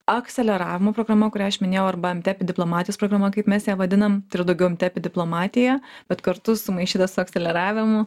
akceleravimo programa kurią aš minėjau arba mtep diplomatijos programa kaip mes ją vadinam tai yra daugiau apie diplomatiją bet kartu sumaišyta su akceleravimu